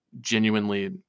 genuinely